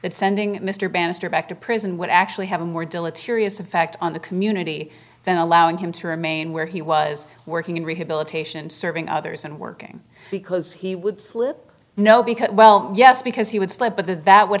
that sending mr bannister back to prison would actually have a more dilatoriness effect on the community than allowing him to remain where he was working in rehabilitation serving others and working because he would slip no because well yes because he would slip but the that would